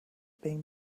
been